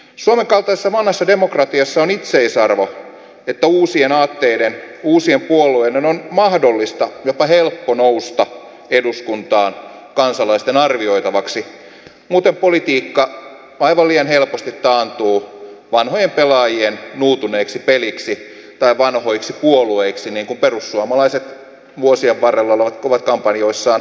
suomen kaltaisessa vanhassa demokratiassa on itseisarvo että uusien aatteiden uusien puolueiden on mahdollista jopa helppo nousta eduskuntaan kansalaisten arvioitavaksi muuten politiikka aivan liian helposti taantuu vanhojen pelaajien nuutuneeksi peliksi tai vanhoiksi puolueiksi niin kuin perussuomalaiset vuosien varrella ovat kampanjoissaan hyvin tuoneet esille